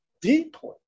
deeply